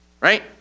Right